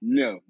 no